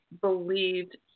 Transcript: believed